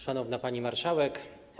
Szanowna Pani Marszałek!